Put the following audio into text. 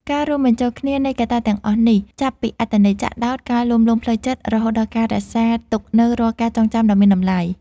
ការរួមបញ្ចូលគ្នានៃកត្តាទាំងអស់នេះ ចាប់ពីអត្ថន័យចាក់ដោត ការលួងលោមផ្លូវចិត្ត រហូតដល់ការរក្សាទុកនូវរាល់ការចងចាំដ៏មានតម្លៃ